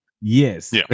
Yes